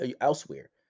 elsewhere